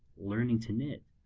learning to knit,